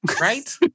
Right